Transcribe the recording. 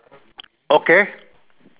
okay